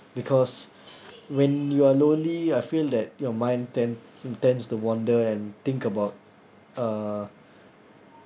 because when you're lonely I feel that your mind tend tends to wonder and think about uh